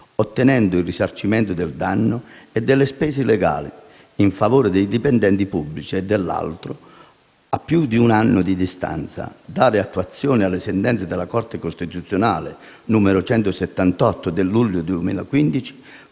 ottenendo il risarcimento del danno e delle spese legali in favore dei dipendenti pubblici? Come intende il Governo, a più di un anno di distanza, dare attuazione alla sentenza della Corte costituzionale n. 178 del luglio 2015